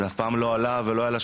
זה אף פעם לא עלה על השולחן.